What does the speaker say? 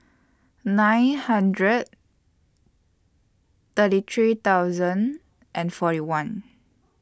nine hundred thirty three thousand and forty one